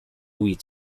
wheat